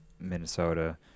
Minnesota